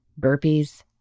burpees